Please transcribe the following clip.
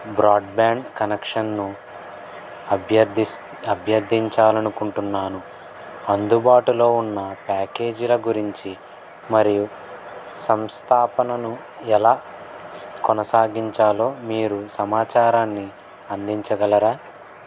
broadband కనెక్షన్ను అభ్యర్ఠిస్ అభ్యర్దించాలనుకుంటున్నాను అందుబాటులో ఉన్న ప్యాకేజీల గురించి మరియు సంస్థాపనను ఎలా కొనసాగించాలో మీరు సమాచారాన్ని అందించగలరా